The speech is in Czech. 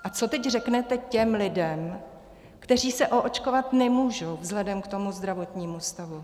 A co teď řeknete těm lidem, kteří se oočkovat nemůžou vzhledem k zdravotnímu stavu?